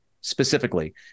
specifically